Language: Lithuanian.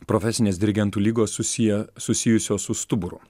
profesinės dirigentų ligos susiję susijusios su stuburu